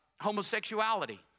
homosexuality